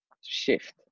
shift